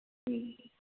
ꯎꯝ